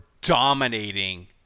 dominating